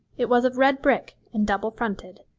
it was of red brick, and double-fronted,